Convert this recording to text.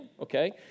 okay